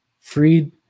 freed